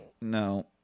No